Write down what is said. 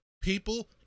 People